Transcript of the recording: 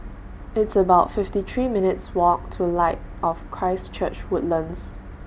It's about fifty three minutes' Walk to Light of Christ Church Woodlands